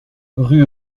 rue